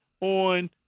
on